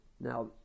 Now